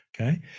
okay